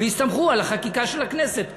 ויסתמכו על החקיקה של הכנסת,